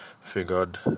figured